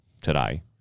today